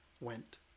went